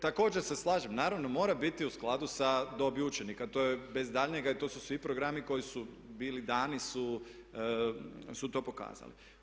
Također se slažem, naravno mora biti u skladu sa dobi učenika, to je bez daljnjega i to su svi programi koji su bili dani su to pokazali.